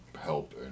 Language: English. help